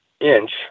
inch